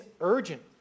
urgent